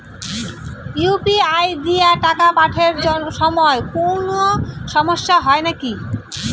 UPI দিয়া টাকা পাঠের সময় কোনো সমস্যা হয় নাকি?